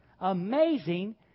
Amazing